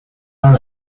part